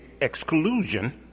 exclusion